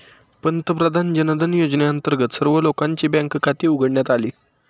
पंतप्रधान जनधन योजनेअंतर्गत सर्व लोकांची बँक खाती उघडण्यात आली